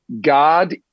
God